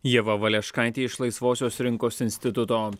ieva valeškaitė iš laisvosios rinkos instituto